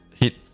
Hit